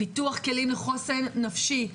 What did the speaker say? פיתוח כלים לחוסן נפשי,